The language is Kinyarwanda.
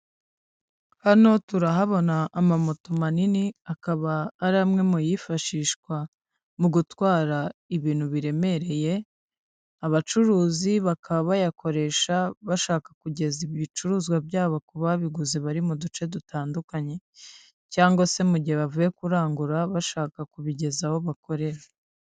Hano turahabona amamoto manini akaba ari amwe mu yifashishwa mu gutwara ibintu biremereye, abacuruzi bakaba bayakoresha bashaka kugeza ibicuruzwa byabo ku babiguze bari mu duce dutandukanye, cyangwa se mu gihe bavuye kurangura bashaka kubigeza aho bakorera.